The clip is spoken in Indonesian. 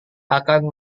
akan